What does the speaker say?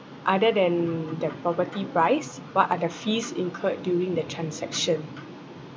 other than the property price what are the fees incurred during the transaction